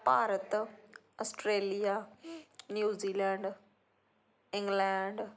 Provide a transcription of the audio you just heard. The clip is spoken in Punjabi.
Bharat Australia New Zealand England